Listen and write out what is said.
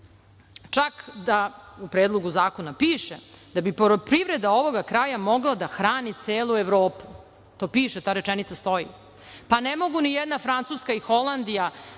Čak da u Predlogu zakona piše da bi poljoprivreda ovoga kraja mogla da hrani celu Evropu. To piše, ta rečenica stoji. Pa, ne može ni jedna Francuska i Holandija